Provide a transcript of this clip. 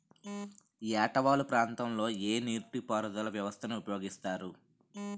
ఏట వాలు ప్రాంతం లొ ఏ నీటిపారుదల వ్యవస్థ ని ఉపయోగిస్తారు?